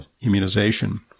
immunization